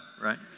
right